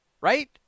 right